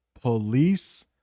police